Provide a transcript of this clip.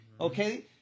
Okay